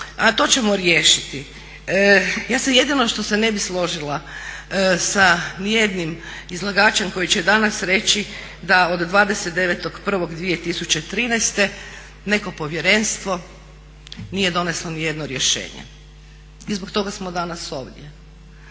a to ćemo riješiti. Ja jedino što se ne bi složila sa ni jednim izlagačem koji će danas reći da od 29.1.2013.neko povjerenstvo nije donijelo ni jedno rješenje i zbog toga smo danas ovdje.